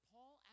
Paul